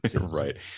Right